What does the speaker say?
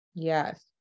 Yes